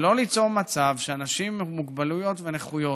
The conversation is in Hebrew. ולא ליצור מצב שאנשים עם מוגבלויות ונכויות,